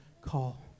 call